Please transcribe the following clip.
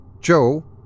Joe